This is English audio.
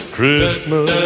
Christmas